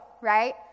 right